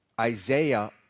Isaiah